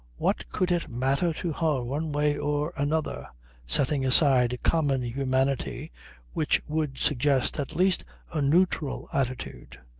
what could it matter to her one way or another setting aside common humanity which would suggest at least a neutral attitude.